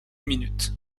minute